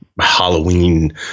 Halloween